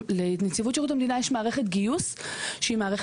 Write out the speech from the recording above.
לנציבות שירות המדינה יש מערכת גיוס מקוונת.